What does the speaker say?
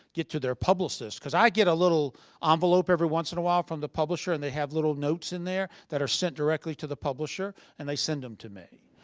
get to their publicist. cause i get a little um envelope every once in awhile from the publisher and they have little notes in there that are sent directly to the publisher and they send them to me.